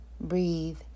breathe